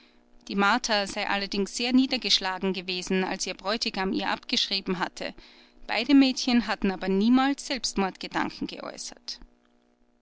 die martha sei allerdings sehr niedergeschlagen gewesen als ihr bräutigam ihr abgeschrieben hatte beide mädchen hatten aber niemals selbstmordgedanken geäußert